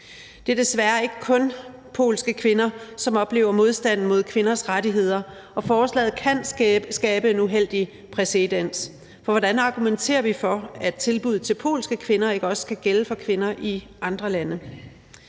Det er desværre ikke kun polske kvinder, som oplever modstand mod kvinders rettigheder, og forslaget kan skabe en uheldig præcedens, for hvordan argumenterer vi for, at tilbuddet til polske kvinder ikke også skal gælde for kvinder i andre lande?